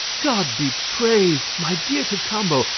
god be praised! my dear cacambo,